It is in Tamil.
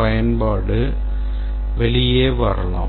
பயன்பாடு வெளியே வரலாம்